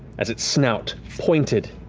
as its snout pointed,